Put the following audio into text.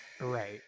right